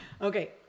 Okay